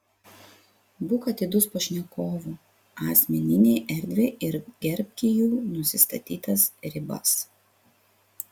būk atidus pašnekovų asmeninei erdvei ir gerbki jų nusistatytas ribas